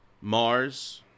Mars